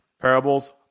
Parables